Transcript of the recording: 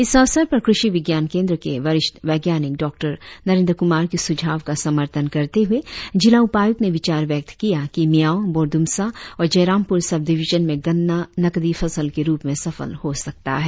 इस अवसर पर क्रर्षि विज्ञान केंद्र के वरिष्ठ वैज्ञानिक डॉ नरेद्र कुमार की सुझाव का समर्थन करते हुए जिला उपायुक्त ने विचार व्यक्त किया कि मियाओ बोरदुमसा और जयरामपुर सब डिविजन में गन्ना नकदी फसल के रुप में सफल हो सकता है